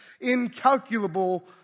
incalculable